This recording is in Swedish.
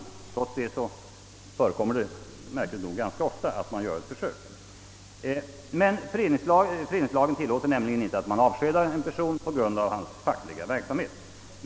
Trots detta förekommer det märkligt nog ganska ofta att man gör ett försök. Föreningsrättslagen tillåter nämligen inte att man avskedar en person på grund av hans fackliga verksamhet.